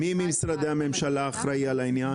מי ממשרדי הממשלה אחראי על העניין?